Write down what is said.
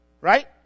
right